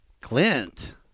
Clint